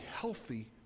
healthy